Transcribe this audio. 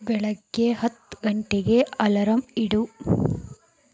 ಬೆಳಗ್ಗೆ ಹತ್ತು ಗಂಟೆಗೆ ಅಲರಂ ಇಡು